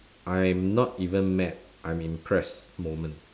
I'm not even mad I'm impressed moment